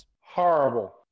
Horrible